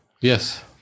Yes